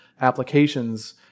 applications